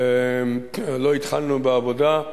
לא התחלנו בעבודה.